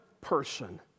person